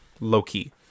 Low-key